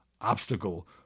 obstacle